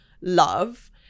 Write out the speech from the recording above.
love